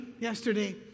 yesterday